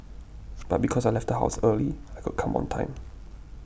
but because I left the house early I could come on time